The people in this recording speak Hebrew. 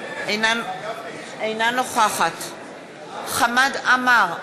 אינה נוכחת חמד עמאר,